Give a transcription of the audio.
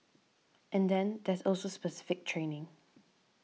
and then there's also specific training